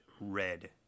red